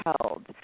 held